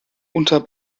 unter